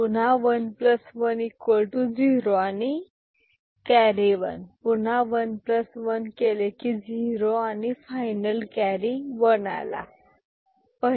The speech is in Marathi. पुन्हा 110 आणि कॅरी 1 पुन्हा 11केले की 0 आणि फायनल कॅरी आला 1